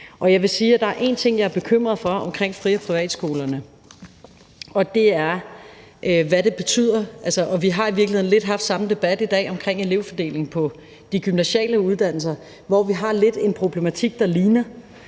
Jeg vil sige, at der er en ting, jeg er bekymret for omkring fri- og privatskolerne, og det er, hvad de betyder – og vi har i virkeligheden haft lidt samme debat i dag omkring elevfordelingen på de gymnasiale uddannelser, hvor vi har en problematik, der ligner